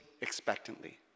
expectantly